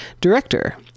director